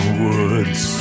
woods